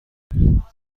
موفق